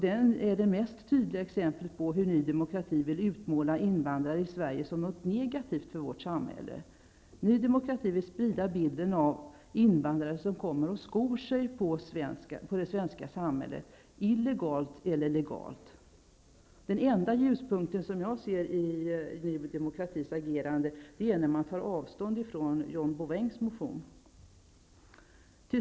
Den är det tydligaste exemplet på hur Ny demokrati vill utmåla invandrare i Sverige som något negativt för vårt samhälle. Ny demokrati vill sprida bilden av invandrare som kommer hit och som skor sig på det svenska samhället, illegalt eller legalt. Den enda ljuspunkten i Ny demokratis agerande är, som jag ser saken, att man tar avstånd från John Bouvins motion.